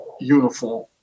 uniform